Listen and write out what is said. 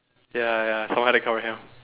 ya ya